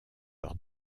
leur